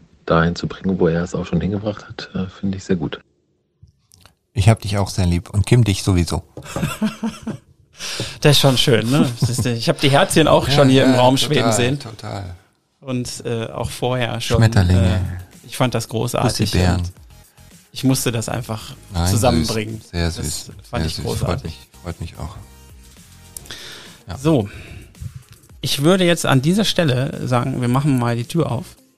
dahin zu bringen, wo er es auch schon hingebracht hat, äh, finde ich sehr gut. Ich hab dich auch sehr lieb und Kim dich sowieso. Das ist schon schön, ne? Das ist- ich hab die Herzchen auch schon Ja, hier im ja, Raum schweben total, sehen. total. Und, äh, auch vorher schon, Schmetterlinge, äh, ich fand das Pussy großartig und Bären. ich musste das einfach Nein, süß, zusammenbringen. sehr süß, Das fand sehr ich süß, freut großartig. mich, freut mich auch. Ja. So. Ich würde jetzt an dieser Stelle sagen, wir machen mal die Tür auf.